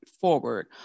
forward